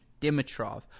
Dimitrov